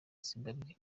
zimbabwe